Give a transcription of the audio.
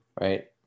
right